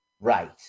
Right